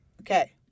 Okay